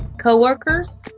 coworkers